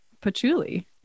patchouli